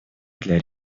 для